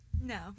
No